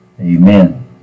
Amen